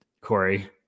Corey